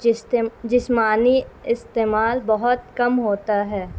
جسم جسمانی استعمال بہت کم ہوتا ہے